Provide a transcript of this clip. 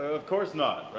of course not.